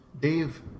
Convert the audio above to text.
Dave